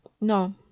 no